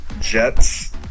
Jets